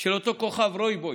של אותו כוכב, רוי בוי,